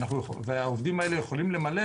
העובדים האלה יכולים למלא,